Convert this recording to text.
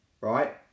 right